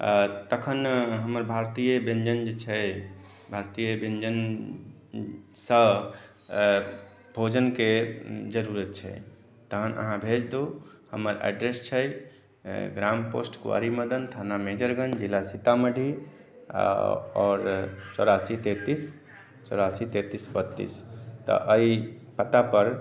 तखन हमर भारतीय व्यञ्जन जे छै भारतीय व्यञ्जनसँ भोजनके जरुरत छै तखन अहाँ भेजदू हमर एड्रेस छै ग्राम पोस्ट कुआरि मदन थाना मेजरगन्ज जिला सीतामढ़ी आ आओर चौरासी तैंतीस चौरासी तैंतीस बत्तीस तऽ एहि पता पर